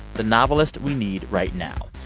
the novelist we need right now.